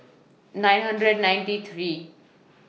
nine hundred and ninety three